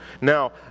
Now